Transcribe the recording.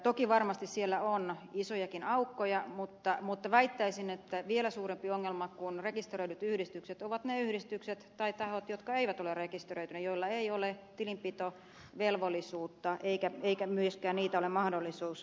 toki varmasti siellä on isojakin aukkoja mutta väittäisin että vielä suurempi ongelma kuin rekisteröidyt yhdistykset ovat ne yhdistykset tai tahot jotka eivät ole rekisteröityneet joilla ei ole tilinpitovelvollisuutta eikä myöskään ole mahdollisuutta niitä tarkistaa